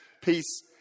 peace